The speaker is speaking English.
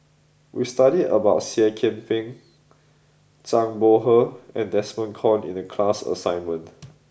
we studied about Seah Kian Peng Zhang Bohe and Desmond Kon in the class assignment